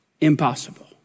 impossible